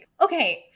Okay